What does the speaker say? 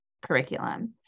Curriculum